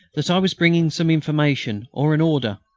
that i was bringing some information or an order.